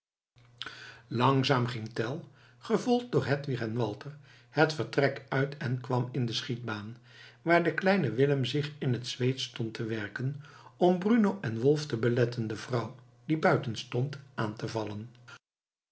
langzaam ging tell gevolgd door hedwig en walter het vertrek uit en kwam in de schietbaan waar de kleine willem zich in het zweet stond te werken om bruno en wolf te beletten de vrouw die buiten stond aan te vallen